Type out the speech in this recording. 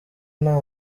nta